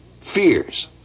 fears